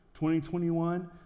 2021